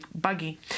buggy